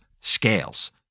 scales